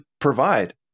provide